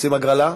רוצים הגרלה?